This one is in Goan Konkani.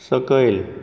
सकयल